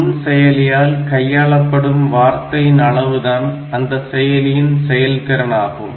நுண் செயலியால் கையாளப்படும் வார்த்தையின் அளவுதான் அந்த செயலியின் செயல் திறன் ஆகும்